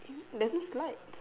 there's this light